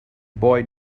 boy